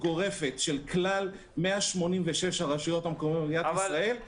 גורפת של כלל 186 הרשויות המקומיות במדינת ישראל זה בלתי אפשרי.